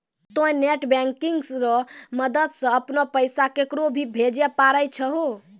तोंय net banking रो मदद से अपनो पैसा केकरो भी भेजै पारै छहो